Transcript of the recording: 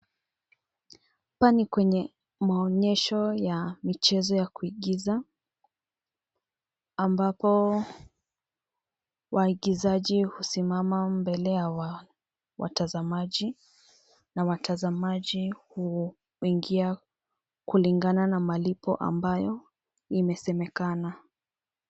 Hapa ni kwenye maonyesho ya michezo ya kuigiza, ambapo waigizaji husimama mbele ya watazamaji na watazamaji huingia kulingana na malipo ambayo imesemekana.